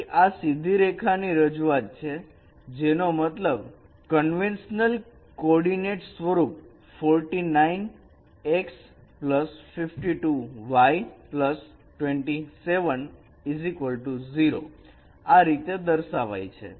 તેથી આ સીધી રેખા ની રજૂઆત છે જેનો મતલબ કન્વેનશનલ કોઓર્ડિનેટ સ્વરૂપ 49x 52y 27 0 આ રીતે દર્શાવાય છે